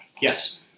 Yes